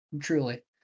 truly